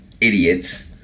idiots